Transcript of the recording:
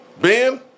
Ben